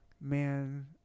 Man